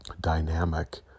dynamic